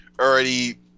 already